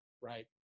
right